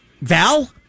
Val